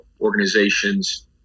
organizations